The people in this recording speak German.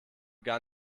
gar